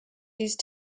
these